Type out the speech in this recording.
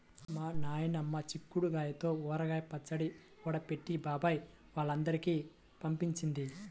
మా నాయనమ్మ చిక్కుడు గాయల్తో ఊరగాయ పచ్చడి కూడా పెట్టి బాబాయ్ వాళ్ళందరికీ పంపించేది